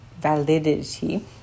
validity